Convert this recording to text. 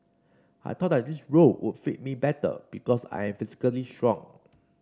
I thought that this role would fit me better because I am physically strong